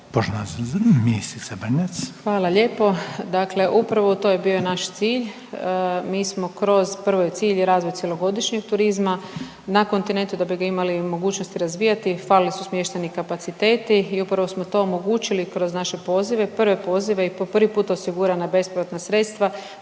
**Brnjac, Nikolina (HDZ)** Hvala lijepo. Dakle, upravo to je bio naš cilj. Mi smo kroz, prvo je cilj razvoj cjelogodišnjeg turizma na kontinentu da bi ga imali mogućnosti razvijati. Falili su smještajni kapaciteti i upravo smo to omogućili kroz naše pozive, prve pozive i po prvi put osigurana bespovratna sredstva,